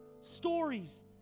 stories